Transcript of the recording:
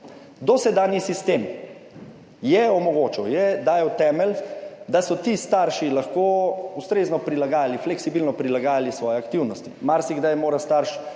Dosedanji sistem je omogočal, je dajal temelj, da so ti starši lahko ustrezno prilagajali, fleksibilno prilagajali svoje aktivnosti. Marsikdaj mora starš